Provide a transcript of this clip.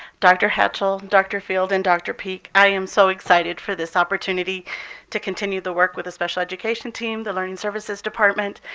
dr. hatchell, dr. field, and dr. peak. i am so excited for this opportunity to continue the work with the special education team, the learning services department.